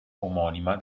omonima